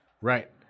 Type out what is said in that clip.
Right